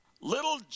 Little